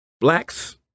blacks